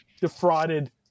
defrauded